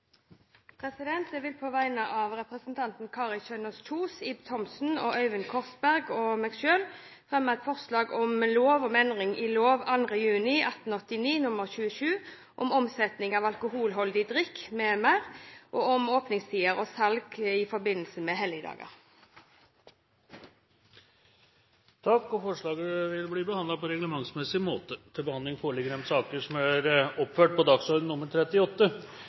representantforslag. Jeg vil på vegne av representantene Kari Kjønaas Kjos, Ib Thomsen, Øyvind Korsberg og meg selv fremme et forslag om lov om endring i lov 2. juni 1989 nr. 27 om omsetning av alkoholholdig drikk m.v. og om åpningstider og salg i forbindelse med helligdager. Forslaget vil bli behandlet på reglementsmessig måte. Stortinget mottok mandag meddelelse fra Statsministerens kontor om at statsrådene Bård Vegar Solhjell, Lisbeth Berg-Hansen og Trygve Slagsvold Vedum vil møte til